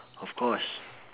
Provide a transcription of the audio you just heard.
of course